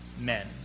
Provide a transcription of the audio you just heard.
men